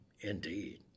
indeed